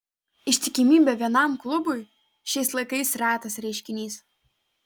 ištikimybė vienam klubui šiais laikais retais reiškinys